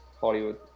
Hollywood